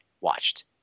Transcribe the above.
watched